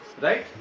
Right